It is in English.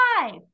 Five